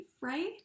right